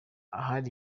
ahari